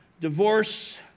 divorce